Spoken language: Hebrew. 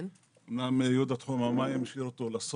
אומנם יהודה השאיר את תחום המים לסוף,